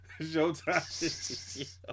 Showtime